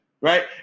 right